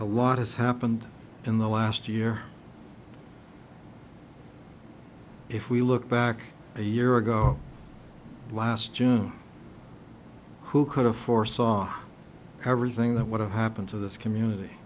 a lot has happened in the last year if we look back a year ago last june who could've foresaw everything that would have happened to this community